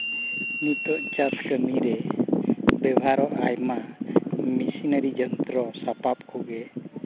ᱱᱤᱛᱚᱜ ᱪᱟᱥ ᱠᱟᱹᱢᱤ ᱨᱮ ᱵᱮᱵᱚᱦᱟᱨᱚᱜ ᱟᱭᱢᱟ ᱢᱮᱥᱤᱱᱟᱹᱨᱤ ᱡᱚᱱᱛᱨᱚ ᱥᱟᱯᱟᱯ ᱠᱚᱜᱮ